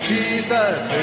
Jesus